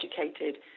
educated